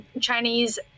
chinese